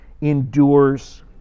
endures